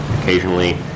Occasionally